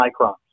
microns